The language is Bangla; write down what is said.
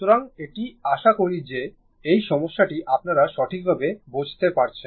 সুতরাং এটি আশা করি যে এই সমস্যাটি আপনারা সঠিকভাবে বোঝতে পারেন